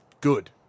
good